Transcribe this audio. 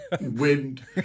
wind